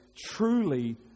truly